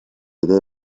idee